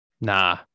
Nah